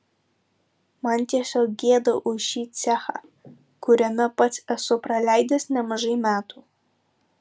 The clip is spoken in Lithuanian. man tiesiog gėda už šį cechą kuriame pats esu praleidęs nemažai metų